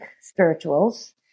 spirituals